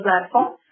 platform